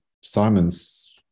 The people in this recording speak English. Simons